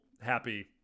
happy